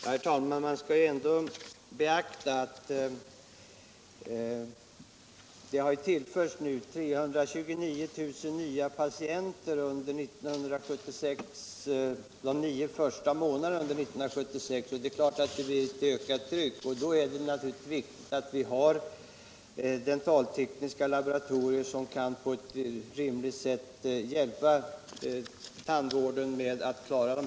Herr talman! Man måste ändå beakta att tandvården har tillförts 329 000 nya patienter under de nio första månaderna 1976. Naturligtvis blir det ett ökat tryck, och det är då viktigt att vi har dentaltekniska laboratorier som på ett rimligt sätt kan hjälpa tandvården.